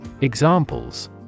Examples